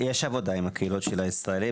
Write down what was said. יש עבודה עם הקהילות של הישראלים.